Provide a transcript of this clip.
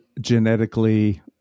genetically